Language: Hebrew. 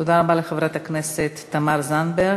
תודה רבה לחברת הכנסת תמר זנדברג.